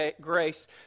grace